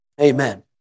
Amen